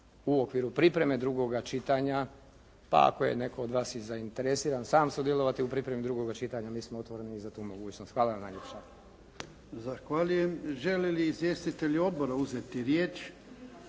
u okviru pripreme drugoga čitanja. Pa ako je od vas netko zainteresiran sam sudjelovati u pripremi drugog čitanja mi smo otvoreni i za tu mogućnost. Hvala vam najljepša. **Jarnjak, Ivan (HDZ)** Zahvaljujem. Želi li izvjestitelji odbora uzeti riječ?